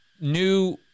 new